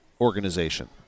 organization